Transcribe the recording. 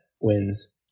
wins